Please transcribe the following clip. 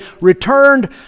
returned